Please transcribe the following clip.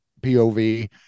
POV